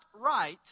right